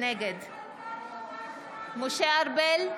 נגד משה ארבל,